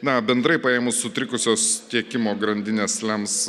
na bendrai paėmus sutrikusios tiekimo grandinės lems